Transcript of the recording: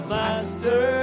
master